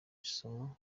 isomo